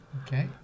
Okay